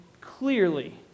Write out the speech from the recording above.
clearly